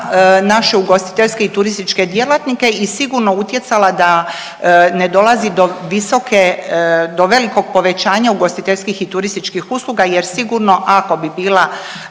naše ugostiteljske i turističke djelatnike i sigurno utjecala da ne dolazi do visoke, do velikog povećanja ugostiteljskih i turističkih usluga jer sigurno ako bi bila